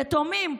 יתומים,